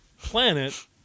planet